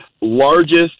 largest